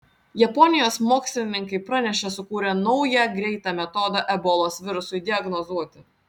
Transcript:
japonijos mokslininkai pranešė sukūrę naują greitą metodą ebolos virusui diagnozuoti